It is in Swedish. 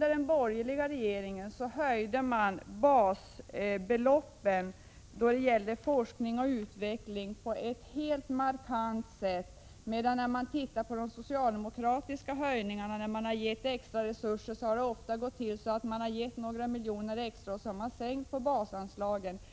Den borgerliga regeringen höjde emellertid basanslagen för forskning och utveckling på ett helt markant sätt, medan de socialdemokratiska höjningarna, vid de tillfällen de har gett extra resurser, ofta har gått till så att man har gett några miljoner extra samtidigt som man har sänkt basanslagen.